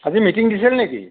আজি মিটিং দিছিল নেকি